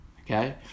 okay